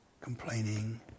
complaining